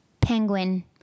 Penguin